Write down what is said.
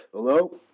Hello